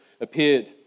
appeared